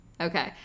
Okay